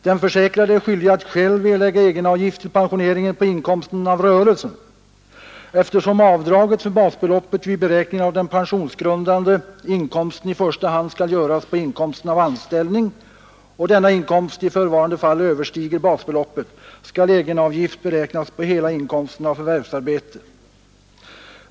Den försäkrade är skyldig att själv erlägga egenavgift till pensioneringen på inkomsten av rörelsen. Eftersom avdraget för basbeloppet vid beräkningen av den pensionsgrundande inkomsten i första hand skall göras på inkomsten av anställning och denna inkomst i förevarande fall överstiger basbeloppet, skall egenavgift beräknas på hela inkomsten av förvärvsarbete.